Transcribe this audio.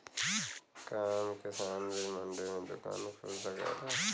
का आम किसान भी मंडी में दुकान खोल सकेला?